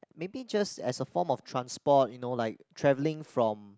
maybe just as a form of transport you know like travelling from